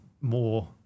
more